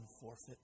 forfeit